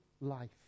life